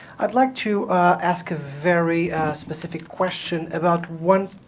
i'd like to ask a very specific question about one